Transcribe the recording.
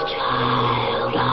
child